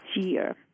year